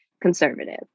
conservative